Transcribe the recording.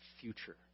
future